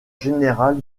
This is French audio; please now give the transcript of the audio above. général